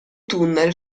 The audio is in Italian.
tunnel